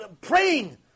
praying